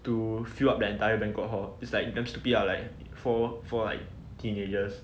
to fill up the entire banquet hall it's like damn stupid lah like four four teenagers